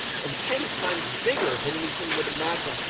and ten times bigger than anything would imagine.